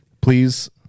Please